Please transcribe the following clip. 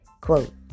quote